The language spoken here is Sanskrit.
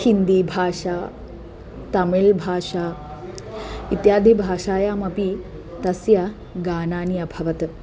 हिन्दीभाषा तमिलभाषा इत्यादि भाषायामपि तस्य गानानि अभवत्